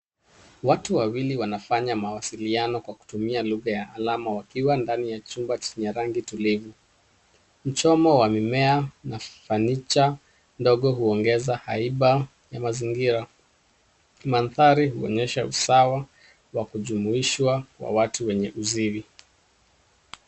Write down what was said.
Watu wawili wanafanya mawasiliano kwa kutumia lugha ya alama wakiwa ndani ya chumba chenye rangi tulivu . Mchomo wa mmea na fanicha ndogo huongeza haiba ya mazingira. Mandhari huonyesha usawa wa kujumuishwa kwa watu wenye uziwi.